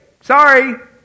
sorry